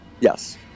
yes